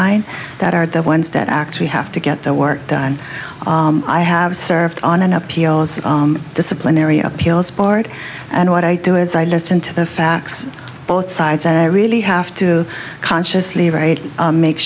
frontline that are the ones that actually have to get their work done i have served on an appeals disciplinary appeals board and what i do is i listen to the facts both sides and i really have to consciously write make